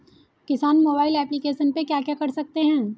किसान mobile application पे क्या क्या कर सकते हैं?